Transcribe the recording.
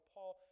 Paul